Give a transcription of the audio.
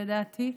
לדעתי,